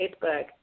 Facebook